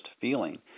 feeling